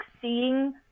seeing